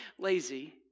lazy